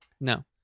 No